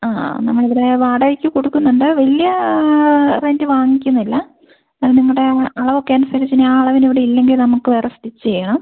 ആ നമ്മൾ ഇവിടെ വാടകയ്ക്ക് കൊടുക്കുന്നുണ്ട് വലിയ റെൻറ്റ് വാങ്ങിക്കുന്നില്ല അത് നിങ്ങളുടെ അളവ് ഒക്കെ അനുസരിച്ച് ഇനി ആ അളവിന് ഇവിടെ ഇല്ലെങ്കിൽ നമുക്ക് വേറെ സ്റ്റിച്ച് ചെയ്യാം